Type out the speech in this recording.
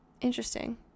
Interesting